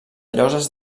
lloses